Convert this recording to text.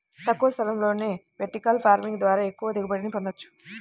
తక్కువ స్థలంలోనే vertical farming ద్వారా ఎక్కువ దిగుబడిని పొందవచ్చు